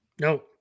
No